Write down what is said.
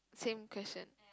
same question